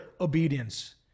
obedience